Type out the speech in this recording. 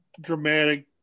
dramatic